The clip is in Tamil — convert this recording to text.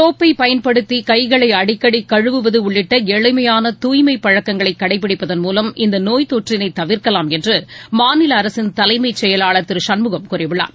சோப்பை பயன்படுத்தி கைகளை அடிக்கடி கழுவுவது உள்ளிட்ட எளிமையான தூய்மைப் பழக்கங்களை கடைப்பிடிப்பதன் மூலம் இந்த நோய்த்தொற்றினை தவிர்க்கலாம் என்று மாநில அரசின் தலைமைச் செயலாளர் திரு சண்முகம் கூறியுள்ளார்